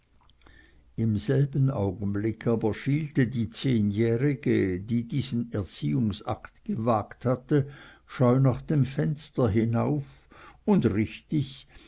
im selben augenblick aber schielte die zehnjährige die diesen erziehungsakt gewagt hatte scheu nach dem fenster hinauf und richtig